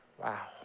Wow